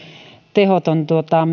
tehoton